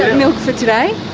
milk for today?